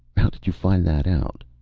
how did you find that out?